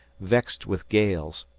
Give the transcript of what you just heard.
vexed with gales,